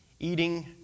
Eating